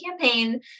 campaign